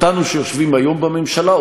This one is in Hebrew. אותנו שיושבים היום בממשלה,